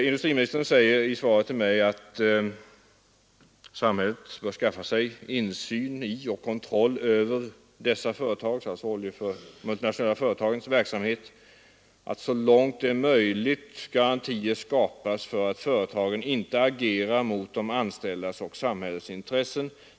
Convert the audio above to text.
Industriministern säger i svaret till mig att samhället bör skaffa sig ”sådan insyn i och kontroll över dessa företags” — alltså de multinationella företagens — ”verksamhet att så långt det är möjligt garantier skapas för att företagen inte agerar mot de anställdas och samhällets intressen.